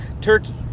turkey